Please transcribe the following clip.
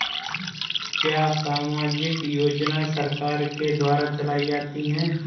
क्या सामाजिक योजनाएँ सरकार के द्वारा चलाई जाती हैं?